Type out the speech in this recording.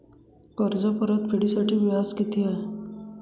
कर्ज परतफेडीसाठी व्याज किती आहे?